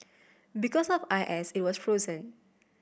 because of I S it was frozen